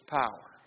power